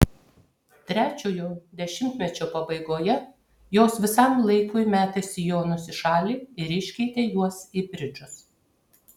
trečiojo dešimtmečio pabaigoje jos visam laikui metė sijonus į šalį ir iškeitė juos į bridžus